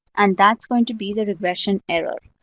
and that's going to be the regression error.